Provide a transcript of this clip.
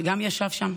שגם הוא ישב שם.